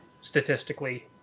statistically